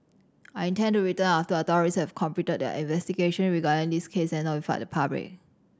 I intend to return after authorities have completed a investigation regarding this case and notified the public